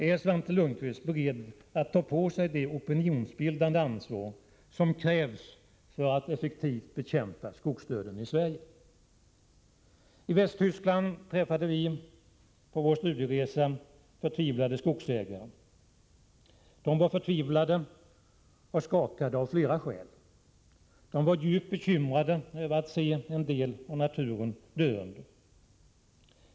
Är Svante Lundkvist beredd att ta på sig det opinionsbildande ansvar som krävs för att effektivt bekämpa skogsdöden i Sverige? I Västtyskland träffade vi på vår studieresa förtvivlade skogsägare. De var förtvivlade och skakade av flera skäl. De var djupt bekymrade över att se att en del av naturen är döende.